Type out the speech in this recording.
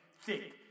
thick